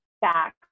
back